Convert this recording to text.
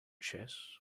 chess